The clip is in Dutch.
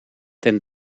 ten